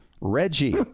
Reggie